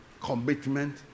commitment